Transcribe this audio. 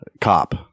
cop